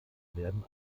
werden